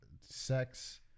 sex